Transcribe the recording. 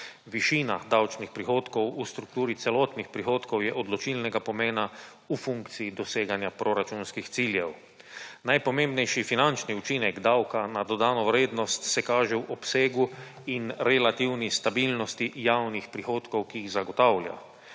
Višina davčnih prihodkov v strukturi celotnih prihodkov je odločilnega pomena v funkciji doseganja proračunskih ciljev. Najpomembnejši finančni učinek davka na dodano vrednost se kaže v obsegu in relativni stabilnosti javnih prihodkov, ki jih zagotavlja.